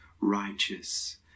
righteous